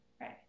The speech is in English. Right